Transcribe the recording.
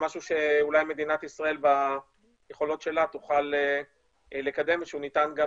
משהו שאולי מדינת ישראל ביכולות שלה תוכל לקדם ושהוא ניתן גם